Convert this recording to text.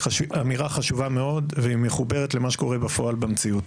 אמירה חשובה מאוד והיא מחוברת למה שקורה בפועל במציאות.